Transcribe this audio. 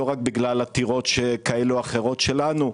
לא רק בגלל עתירות כאלה ואחרות שלנו,